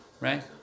Right